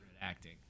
acting